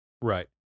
right